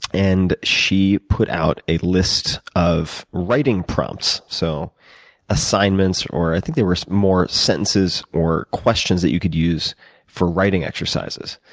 and she put out a list of writing prompts, so assignments, or i think they were more sentences or questions that you could use for writing exercises.